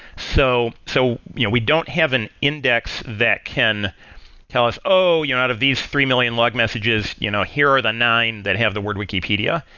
so so you know we don't have an index that can tell us, oh! you know out of these three million log messages, you know here are the nine that have the word wikipedia.